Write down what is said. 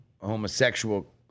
homosexual